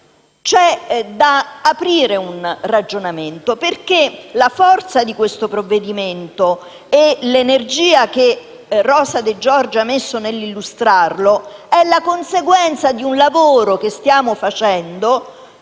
occorre aprire un ragionamento perché la forza del provvedimento e l'energia che Rosa Di Giorgi ha messo nell'illustrarlo solo la conseguenza di un lavoro che stiamo portando